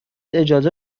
اجازه